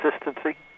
consistency